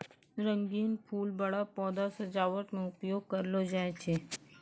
रंगीन फूल बड़ा पौधा सजावट मे उपयोग करलो जाय छै